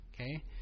okay